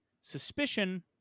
Suspicion